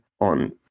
on